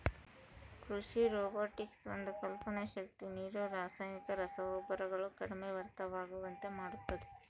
ಕೃಷಿ ರೊಬೊಟಿಕ್ಸ್ ಒಂದು ಕಲ್ಪನೆ ಶಕ್ತಿ ನೀರು ರಾಸಾಯನಿಕ ರಸಗೊಬ್ಬರಗಳು ಕಡಿಮೆ ವ್ಯರ್ಥವಾಗುವಂತೆ ಮಾಡುತ್ತದೆ